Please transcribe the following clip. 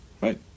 Right